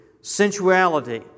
sensuality